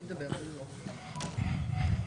תשעה.